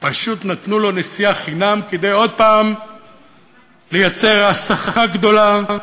פשוט נתנו לו נסיעה חינם כדי לייצר עוד פעם הסחה גדולה כדי,